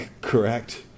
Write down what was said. Correct